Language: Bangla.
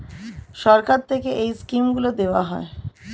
সরকার থেকে এই স্কিমগুলো দেওয়া হয়